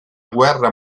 guerra